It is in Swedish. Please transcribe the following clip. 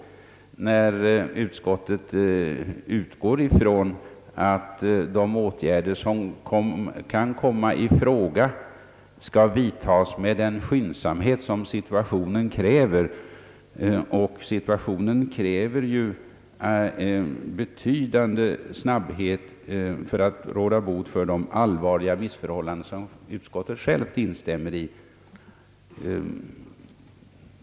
Utskottet utgår nämligen från att de åtgärder som kan komma i fråga skall »vidtas med den skyndsamhet som situationen kräver». Och situationen kräver ju en betydande snabbhet om man skall kunna råda bot på de allvarliga missförhållanden, som också utskottet anser föreligga.